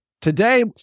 today